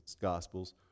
gospels